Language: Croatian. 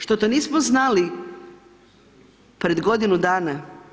Što to nismo znali pred godinu dana?